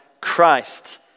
Christ